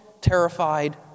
terrified